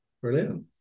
Brilliant